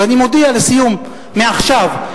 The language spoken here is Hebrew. אז אני מודיע לסיום: מעכשיו,